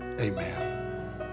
amen